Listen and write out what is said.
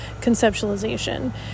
conceptualization